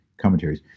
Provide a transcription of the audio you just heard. commentaries